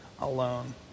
alone